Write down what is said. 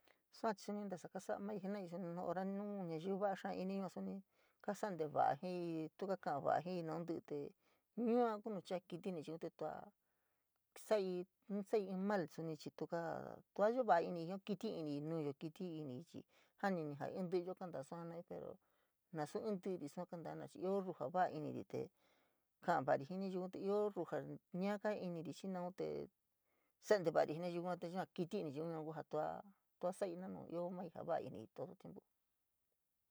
Sua chii ntasa kasai mai jenai suni nu hora nu nayiu va xáá inii suni kasa nteva’a jii, tu ka ka’a va’a jiíí naun tí’í te yua ku nu chaa jaa kítí ini chii tuva saii, nu saii mal suni chii tuka tua yo va’a iniíí jio kítí iniíí nuyo, kítí iniíí chii jani iniíí yo kantaa sua jenayo pero nasu ín ti’íri sua kantaa jena’a chii ioo ruu jaa va’a iniri te ka’an va’a jii nayiuu te ioo ruu jaa ñaa kaa iniri xii nau te sa’a ntevari jii nayiu yua te yua kiti ini nayiu ku ja tua saii nanu ioo maii ja va’a inii y todo tiempo.